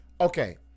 Okay